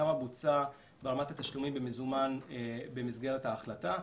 כמה בוצע ברמת התשלומים במזומן במסגרת ההחלטה.